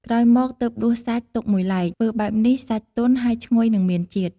ក្រោយមកទើបដួសសាច់ទុកមួយឡែក ធ្វើបែបនេះ សាច់ទន់ហើយឈ្ងុយនិងមានជាតិ។